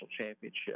championship